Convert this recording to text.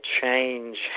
change